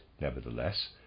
nevertheless